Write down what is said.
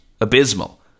abysmal